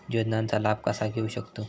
योजनांचा लाभ कसा घेऊ शकतू?